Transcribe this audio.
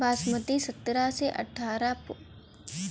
बासमती सत्रह से अठारह रोपले पर प्रति एकड़ कितना लागत अंधेरा?